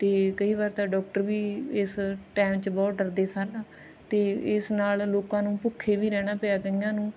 ਅਤੇ ਕਈ ਵਾਰ ਤਾਂ ਡਾਕਟਰ ਵੀ ਇਸ ਟਾਈਮ 'ਚ ਬਹੁਤ ਡਰਦੇ ਸਨ ਅਤੇ ਇਸ ਨਾਲ ਲੋਕਾਂ ਨੂੰ ਭੁੱਖੇ ਵੀ ਰਹਿਣਾ ਪਿਆ ਕਈਆਂ ਨੂੰ